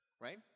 Right